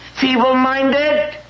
feeble-minded